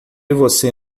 você